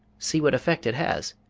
see what effect it has.